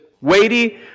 weighty